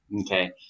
Okay